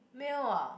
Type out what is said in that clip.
meal ah